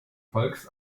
volkes